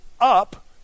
up